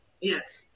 yes